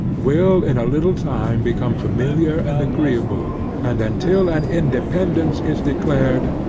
will in a little time become familiar and agreeable and, until an independance is declared,